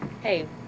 hey